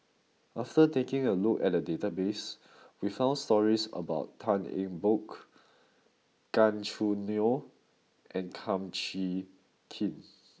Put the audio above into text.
after taking a look at the database we found stories about Tan Eng Bock Gan Choo Neo and Kum Chee Kin